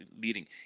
leading